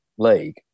league